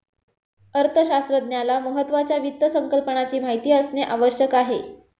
अर्थशास्त्रज्ञाला महत्त्वाच्या वित्त संकल्पनाची माहिती असणे आवश्यक आहे